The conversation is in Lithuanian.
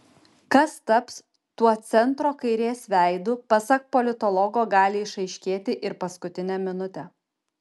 kas taps tuo centro kairės veidu pasak politologo gali išaiškėti ir paskutinę minutę